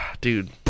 dude